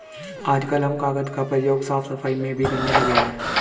आजकल हम कागज का प्रयोग साफ सफाई में भी करने लगे हैं